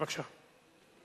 בבקשה.